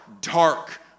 dark